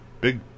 big